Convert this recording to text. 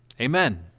amen